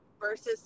versus